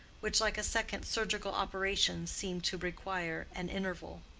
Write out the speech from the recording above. which like a second surgical operation seemed to require an interval.